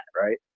right